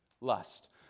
Lust